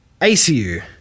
ACU